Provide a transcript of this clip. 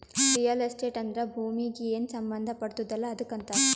real estate ಅಂದ್ರ ಭೂಮೀಗಿ ಏನ್ ಸಂಬಂಧ ಪಡ್ತುದ್ ಅಲ್ಲಾ ಅದಕ್ ಅಂತಾರ್